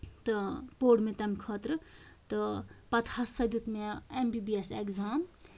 تہٕ پوٚر مےٚ تَمہِ خٲطرٕ تہٕ پَتہٕ ہسا دیُت مےٚ M B B S exam